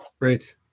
Great